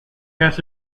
has